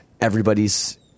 everybody's